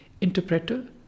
interpreter